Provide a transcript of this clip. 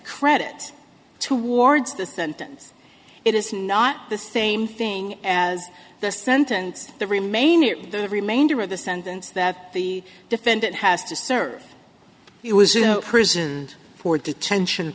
credit towards the sentence it is not the same thing as the sentence the remainder of the remainder of the sentence that the defendant has to serve it was presumed for detention